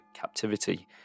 captivity